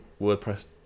WordPress